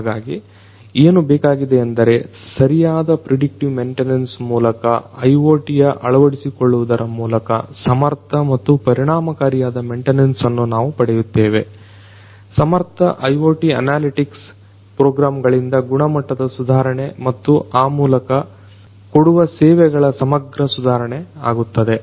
ಹಾಗಾಗಿ ಏನು ಬೇಕಾಗಿದೆಯೆಂದರೆ ಸರಿಯಾದ ಪ್ರಿಡಿಕ್ಟಿವ್ ಮೆಂಟೆನನ್ಸ್ ಮೂಲಕ IoTಯ ಅಳವಡಿಸಿಕೊಳ್ಳುವುದರ ಮೂಲಕ ಸಮರ್ಥ ಮತ್ತು ಪರಿಣಾಮಕಾರಿಯಾದ ಮೆಂಟೆನನ್ಸ್ ಅನ್ನು ನಾವು ಪಡೆಯುತ್ತೇವೆ ಸಮರ್ಥ IoT ಅನಾಲಟಿಕ್ಸ್ ಪ್ರೊಗ್ರಾಮ್ ಗಳಿಂದ ಗುಣಮಟ್ಟದ ಸುಧಾರಣೆ ಮತ್ತು ಆ ಮೂಲಕ ಕೊಡುವ ಸೇವೆಗಳ ಸಮಗ್ರ ಸುಧಾರಣೆ ಆಗುತ್ತದೆ